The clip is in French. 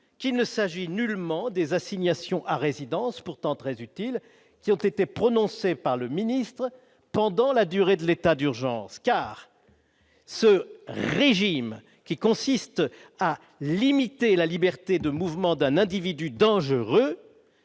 qu'il ne s'agit nullement des assignations à résidence pourtant très utile qui ont été prononcées par le ministre pendant la durée de l'état d'urgence car ce régime qui consiste à limiter la liberté de mouvement d'un individu dangereuse,